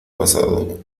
pasado